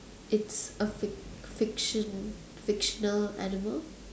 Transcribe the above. it's a fic~ fiction fictional animal